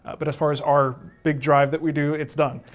but as far as our big drive that we do it's done.